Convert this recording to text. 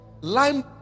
line